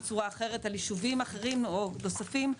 צורה אחרת על ישובים אחרים או נוספים,